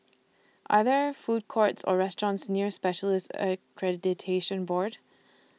Are There Food Courts Or restaurants near Specialists Accreditation Board